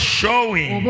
showing